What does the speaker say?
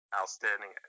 Outstanding